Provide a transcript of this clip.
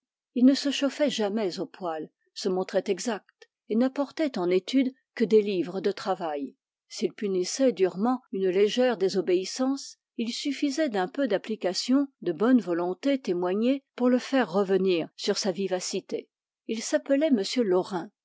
il ne se chauffait jamais au poêle se montrait exact et n apportait en étude que des livres de travail s'il punissait durement une légère désobéissance il suffisait d'un peu d'application de bonne volonté témoignée pour le faire revenir sur sa vivacité il s'appelait m laurin